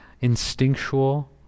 instinctual